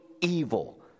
evil